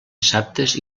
dissabtes